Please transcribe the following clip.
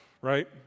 right